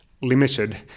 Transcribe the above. limited